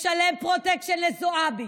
משלם פרוטקשן לזועבי,